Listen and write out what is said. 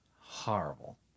horrible